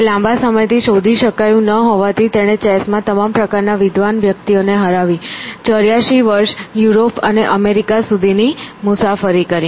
તે લાંબા સમયથી શોધી શકાયું ન હોવાથી તેણે ચેસમાં તમામ પ્રકારના વિદ્વાન વ્યક્તિઓને હરાવી 84 વર્ષ યુરોપ અને અમેરિકા સુધીની મુસાફરી કરી